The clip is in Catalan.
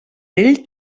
ell